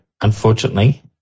unfortunately